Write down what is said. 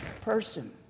person